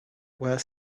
were